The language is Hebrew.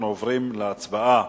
אנחנו עוברים להצבעה